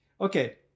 okay